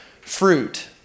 fruit